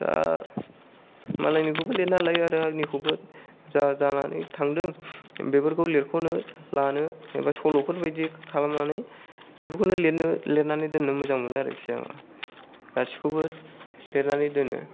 दा मालायनिखौबो लिरनानै लायो आरो आंनिखौबो जा जानानै थांदों बेफोरखौ लिरख'नो लानो एबा सल'फोर बायदि खालामनानै बेफोरखौनो लिरनो लिरनानै दोननो मोजां मोनो आरोखि आं गासैखौबो लिरनानै दोनो